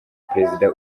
perezida